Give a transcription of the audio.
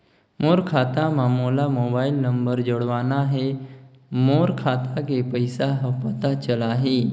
मोर खाता मां मोला मोबाइल नंबर जोड़वाना हे मोर खाता के पइसा ह पता चलाही?